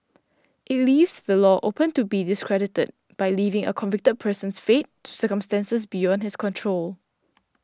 it leaves the law open to be discredited by leaving a convicted person's fate to circumstances beyond his control